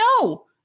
No